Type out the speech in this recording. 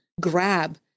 grab